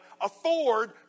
afford